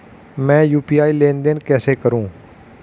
मैं यू.पी.आई लेनदेन कैसे करूँ?